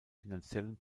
finanziellen